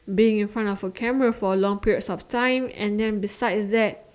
being in front of the camera for a long period of time and then besides that